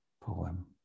poem